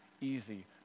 easy